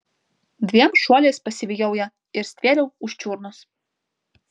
dviem šuoliais pasivijau ją ir stvėriau už čiurnos